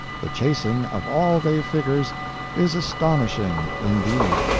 the chasing of all they figures is astonishing' indeed.